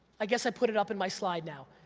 i guess i put it up in my slide now.